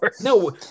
No